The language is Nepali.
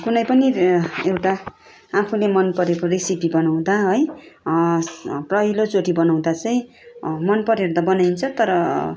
कुनै पनि एउटा आफूले मन परेको रेसिपी बनाउँदा है पहिलोचोटि बनाउँदा चाहिँ मन पऱ्यो भने त बनाइन्छ तर